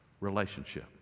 relationship